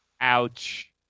Ouch